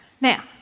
now